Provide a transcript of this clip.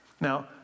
Now